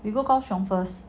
you go gaoxiong first